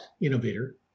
innovator